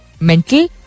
mental